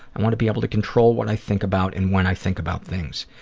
i want to be able to control what i think about and when i think about things.